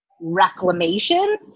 reclamation